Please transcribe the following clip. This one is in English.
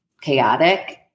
chaotic